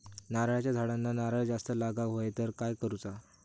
नारळाच्या झाडांना नारळ जास्त लागा व्हाये तर काय करूचा?